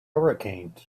hurricanes